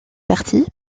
partie